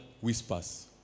whispers